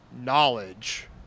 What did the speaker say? knowledge